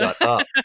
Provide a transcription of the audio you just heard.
up